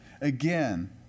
Again